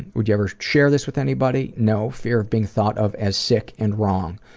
would you ever share this with anybody? no, fear of being thought of as sick and wrong.